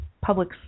public